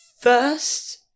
First